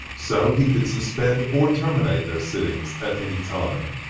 so he could suspend or terminate their sittings at any time.